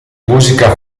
musica